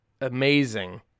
amazing